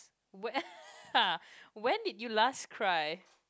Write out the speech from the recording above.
when did you last cry